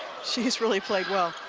she has really played well.